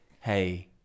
hey